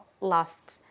last